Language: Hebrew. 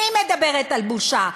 אני מדברת על בושה.